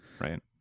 Right